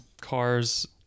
cars